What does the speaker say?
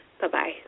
Bye-bye